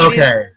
Okay